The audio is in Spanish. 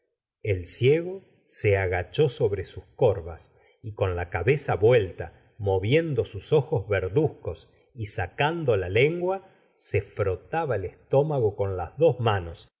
el ciego se agachó sobre sus corvas y con la cabeza vuelta moviendo sus ojos verduzcos y sacando la lengua se frotaba el estómago con las dos manos